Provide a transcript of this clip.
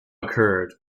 occurred